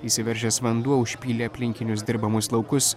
įsiveržęs vanduo užpylė aplinkinius dirbamus laukus